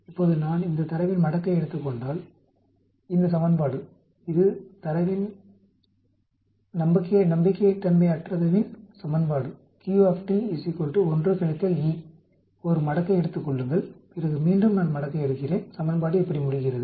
இப்போது நான் இந்த தரவின் மடக்கை எடுத்துக் கொண்டால் இந்த சமன்பாடு இது நம்பகத்தன்மையற்றதுவின் சமன்பாடு Q 1 கழித்தல் e ஒரு மடக்கை எடுத்துக் கொள்ளுங்கள்பிறகு மீண்டும் நான் மடக்கை எடுக்கிறேன் சமன்பாடு இப்படி முடிகிறது